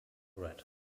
red